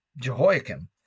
Jehoiakim